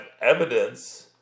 evidence